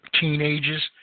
teenagers